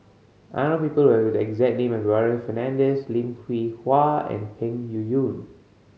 I know people have the exact name as Warren Fernandez Lim Hwee Hua and Peng Yuyun